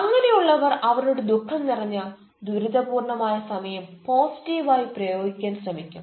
അങ്ങനെയുള്ളവർ അവരുടെ ദുഃഖം നിറഞ്ഞ ദുരിതപൂർണ്ണമായ സമയം പോസിറ്റീവായി ഉപയോഗിക്കാൻ ശ്രമിക്കും